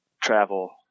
travel